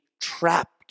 trapped